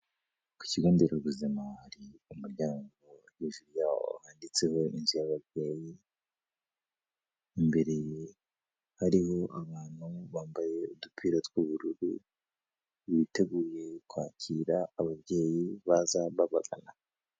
Ku kigo Nderabuzima hari umuryango hejuru yawo handitseho inzu y'ababyeyi, imbere hariho abantu bambaye udupira tw'ubururu, biteguye kwakira ababyeyi baza babagana.